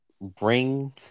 bring